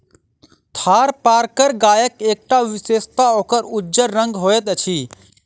थारपारकर गायक एकटा विशेषता ओकर उज्जर रंग होइत अछि